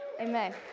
Amen